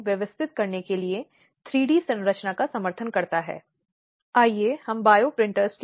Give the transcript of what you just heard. अब उस स्थिति में आपराधिक कानून गिर गया